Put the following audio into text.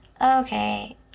Okay